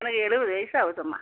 எனக்கு எழுவது வயசு ஆகுதும்மா